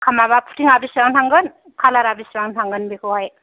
माबा फुथिंआ बेसेबां थांगोन खालारा बेसेबां थांगोन बेखौ हाय